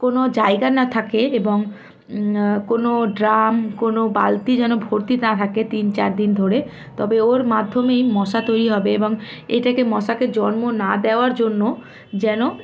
কোনো জায়গা না থাকে এবং কোনো ড্রাম কোনো বালতি যেন ভরতি না থাকে তিন চার দিন ধরে তবে ওর মাধ্যমেই মশা তৈরি হবে এবং এটাকে মশাকে জন্ম না দেওয়ার জন্য যেন